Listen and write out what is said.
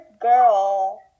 girl